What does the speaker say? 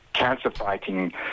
cancer-fighting